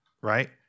right